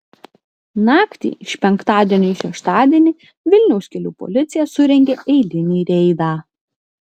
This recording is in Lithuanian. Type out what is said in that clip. naktį iš penktadienio į šeštadienį vilniaus kelių policija surengė eilinį reidą